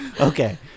Okay